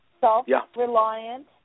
self-reliant